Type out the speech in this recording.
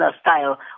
style